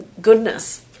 goodness